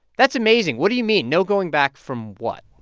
that's amazing. what do you mean? no going back from what?